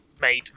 made